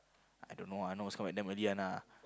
I don't know now always come back damn early one ah